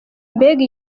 mbega